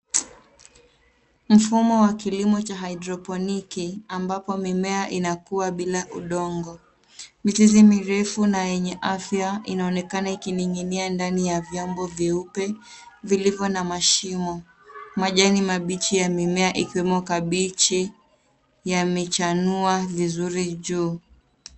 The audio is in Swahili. Mfumo wa kilimo cha haidroponiki ambapo mimea inakua bila udongo. Mizizi mirefu na yenye afya inaonekana ikining'inia ndani ya vyombo vyeupe vilivyo na mashimo. Majani mabichi ya mimea ikiwemo kabichi yamechanua vizuri juu.